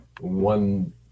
One